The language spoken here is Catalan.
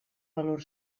valor